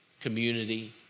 community